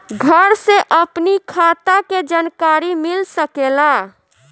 घर से अपनी खाता के जानकारी मिल सकेला?